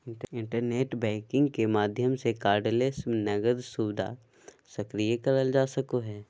internet banking के माध्यम से कार्डलेस नकद सुविधा सक्रिय करल जा सको हय